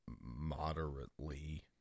moderately